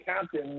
captain